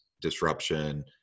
disruption